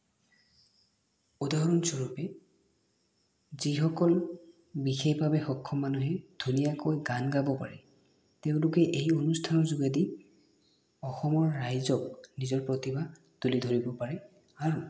উদাহৰণস্বৰূপে যিসকল বিশেষভাৱে সক্ষম মানুহে ধুনীয়াকৈ গান গাব পাৰে তেওঁলোকে এই অনুষ্ঠানৰ যোগেদি অসমৰ ৰাইজক নিজৰ প্ৰতিভা তুলি ধৰিব পাৰে আৰু